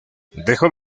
dejó